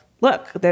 look